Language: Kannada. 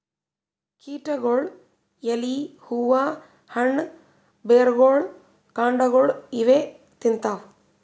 ಕೀಟಗೊಳ್ ಎಲಿ ಹೂವಾ ಹಣ್ಣ್ ಬೆರ್ಗೊಳ್ ಕಾಂಡಾಗೊಳ್ ಇವೇ ತಿಂತವ್